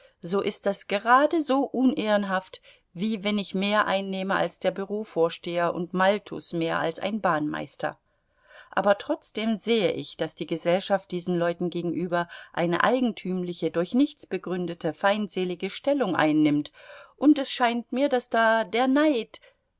so ist das geradeso unehrenhaft wie wenn ich mehr einnehme als der bürovorsteher und maltus mehr als ein bahnmeister aber trotzdem sehe ich daß die gesellschaft diesen leuten gegenüber eine eigentümliche durch nichts begründete feindselige stellung ein nimmt und es scheint mir daß da der neid